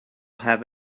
have